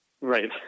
Right